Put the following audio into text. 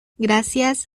gracias